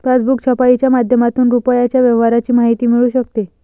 passbook छपाईच्या माध्यमातून रुपयाच्या व्यवहाराची माहिती मिळू शकते